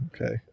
Okay